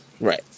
Right